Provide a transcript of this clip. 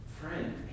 friend